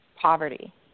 poverty